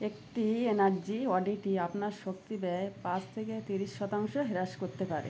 একটি energy audit আপনার শক্তি ব্যয় পাঁচ থেকে তিরিশ শতাংশ হ্যারাস করতে পারে